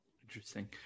Interesting